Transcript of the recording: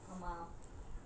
ஆமா:aama